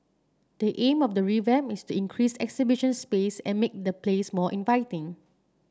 the aim of the revamp is to increase exhibition space and make the place more inviting